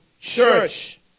Church